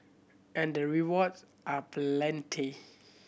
and the rewards are plenty